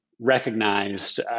recognized